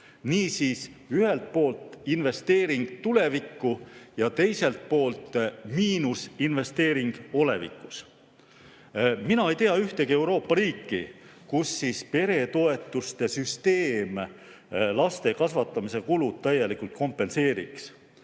Niisiis: ühelt poolt investeering tulevikku ja teiselt poolt miinusinvesteering olevikus. Mina ei tea ühtegi Euroopa riiki, kus peretoetuste süsteem laste kasvatamise kulud täielikult kompenseeriks.